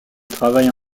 travaille